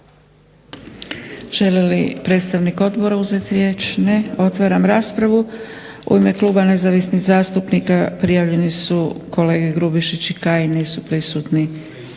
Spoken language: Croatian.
Želi li predstavnik odbora uzeti riječ? Ne. Otvaram raspravu. U ime kluba nezavisnih zastupnika prijavljeni su kolege Grubišić i Kajin. Nisu prisutni,